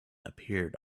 appeared